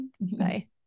Bye